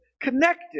connected